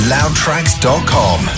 LoudTracks.com